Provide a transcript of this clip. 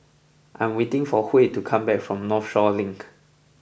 I am waiting for Huey to come back from Northshore Link